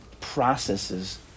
processes